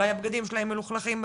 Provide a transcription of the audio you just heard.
אולי הבגדים שלהם מלוכלכים,